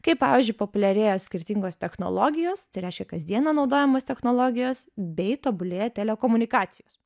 kaip pavyzdžiui populiarėja skirtingos technologijos tai reiškia kasdieną naudojamos technologijos bei tobulėja telekomunikacijos